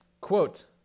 Quote